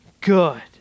good